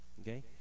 Okay